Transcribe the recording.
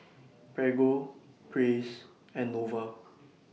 Prego Praise and Nova